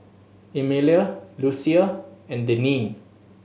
Emilia Lucia and Denine